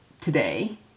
today